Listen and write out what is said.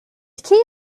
key